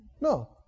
No